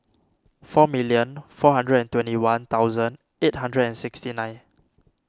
four million four hundred and twenty one thousand eight hundred and sixty nine